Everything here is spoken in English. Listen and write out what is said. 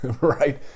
right